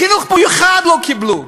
חינוך מיוחד לא קיבלו.